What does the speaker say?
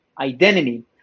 identity